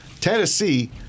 Tennessee